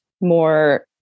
more